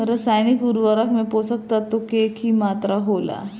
रसायनिक उर्वरक में पोषक तत्व के की मात्रा होला?